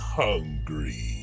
hungry